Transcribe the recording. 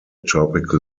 tropical